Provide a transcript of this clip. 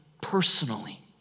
personally